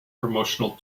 promotional